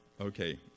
Okay